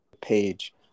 page